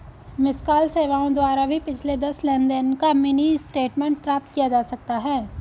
miss call सेवाओं द्वारा भी पिछले दस लेनदेन का मिनी स्टेटमेंट प्राप्त किया जा सकता है